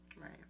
right